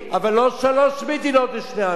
אבל לא שלוש מדינות לשני עמים.